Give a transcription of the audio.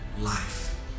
Life